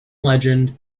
legend